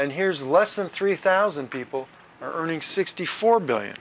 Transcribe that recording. and here's less than three thousand people earning sixty four billion